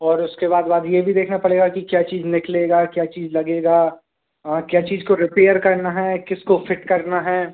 और उसके बाद बाद ये भी देखना पड़ेगा कि क्या चीज निकलेगा क्या चीज लगेगा क्या चीज को रिपेयर करना है किसको फिट करना है